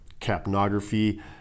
capnography